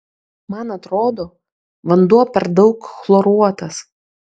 man atrodo vanduo per daug chloruotas